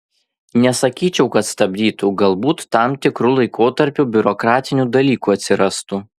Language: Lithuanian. nesakyčiau kad stabdytų galbūt tam tikru laikotarpiu biurokratinių dalykų atsirastų